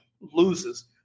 loses